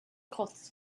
costs